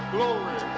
Glory